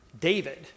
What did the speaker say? David